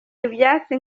ibyatsi